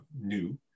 new